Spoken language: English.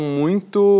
muito